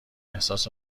احساس